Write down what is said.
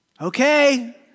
Okay